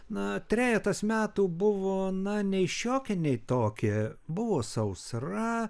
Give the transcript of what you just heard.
na trejetas metų buvo na nei šiokie nei tokie buvo sausra